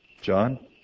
John